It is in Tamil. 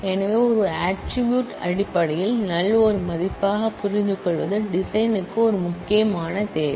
எனவே ஒரு ஆட்ரிபூட் அடிப்படையில் நல் ஒரு மதிப்பாக புரிந்துகொள்வது டிசைனுக்கு ஒரு முக்கியமான தேவை